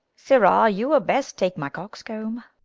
sirrah, you were best take my coxcomb.